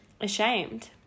ashamed